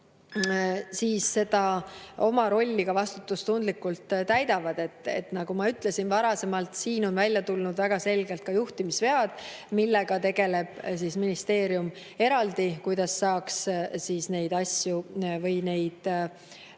seda oma rolli ka vastutustundlikult täidaksid. Nagu ma ütlesin varasemalt, siin on välja tulnud väga selgelt ka juhtimisvead. Sellega tegeleb ministeerium eraldi, kuidas saaks neid isikuid